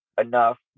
enough